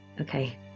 Okay